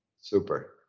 super